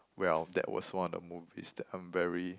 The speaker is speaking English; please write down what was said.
well that was one of the movies that I'm very